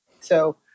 So-